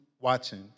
watching